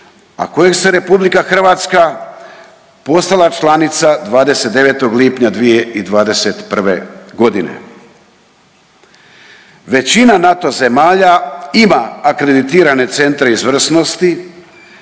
a kojeg se RH postala članica 29. lipnja 2021.g.. Većina NATO zemalja ima akreditirane centre izvrsnosti,